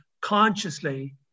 consciously